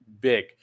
big